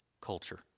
culture